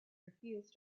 refused